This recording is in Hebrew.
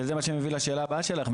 וזה מה שאני מביא לשאלה הבאה שלך,